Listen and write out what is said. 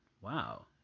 Wow